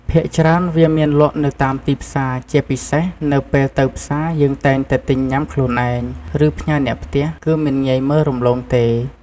ភាគច្រើន វាមានលក់នៅតាមទីផ្សារ ជាពិសេស នៅពេលទៅផ្សារ យើងតែងតែទិញញុាំខ្លួនឯង ឬផ្ញើអ្នកផ្ទះ គឺមិនងាយមើលរំលងទេ។